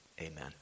amen